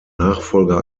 nachfolger